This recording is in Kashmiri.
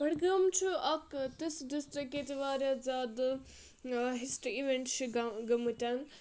بَڈگام چھُ اکھ تِژھ ڈِسٹِرٛک ییٚتہِ واریاہ زیادٕ ہِسٹرٛی اِوؠنٛٹ چھِ گٔمٕتۍ